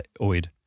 Oid